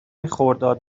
خرداد